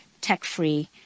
tech-free